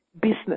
business